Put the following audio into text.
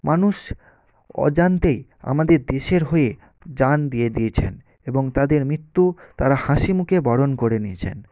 মানুষ অজান্তেই আমাদের দেশের হয়ে জান দিয়ে দিয়েছেন এবং তাদের মৃত্যু তারা হাসি মুখে বরণ করে নিয়েছেন